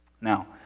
Now